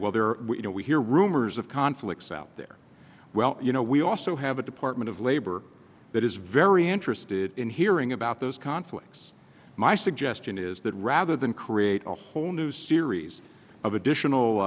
well there you know we hear rumors of conflicts out there well you know we also have a department of labor that is very interested in hearing about those conflicts my suggestion is that rather than create a whole new series of additional